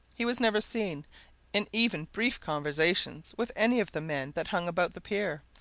he was never seen in even brief conversation with any of the men that hung about the pier,